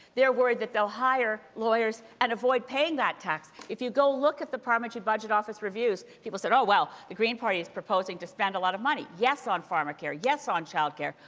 they're worried that they'll hire lawyers and avoid paying that tax. if you go look at the parliamentary budget office reviews, people said oh, well, the green party is proposing to spend a lot of money'. yes, on pharmacare, yes on childcare,